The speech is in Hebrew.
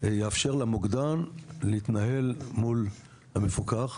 יאפשר למוקדן להתנהל מול המפוקח.